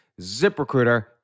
ZipRecruiter